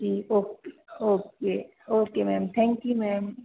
ji okay okay okay ma'am thank you ma'am